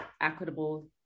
equitable